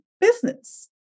business